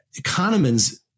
Kahneman's